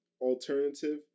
alternative